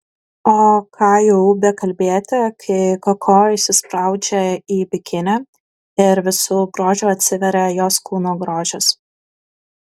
o ką jau bekalbėti kai koko įsispraudžia į bikinį ir visu grožiu atsiveria jos kūno grožis